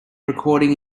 recording